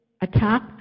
attack